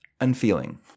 unfeeling